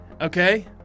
Okay